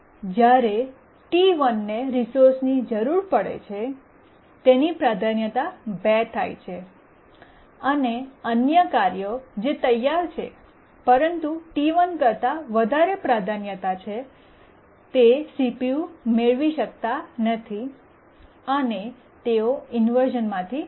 જ્યારે T1 ને રિસોર્સની જરૂર પડે છેતેની પ્રાધાન્યતા 2 થાય છે અને અન્ય કાર્યો જે તૈયાર છે પરંતુ T1 કરતા વધારે પ્રાધાન્યતા છે CPU મેળવી શકતા નથી અને તેઓ ઇન્વર્શ઼નમાંથી પસાર થાય છે